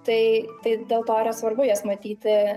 tai tai dėl to yra svarbu jas matyti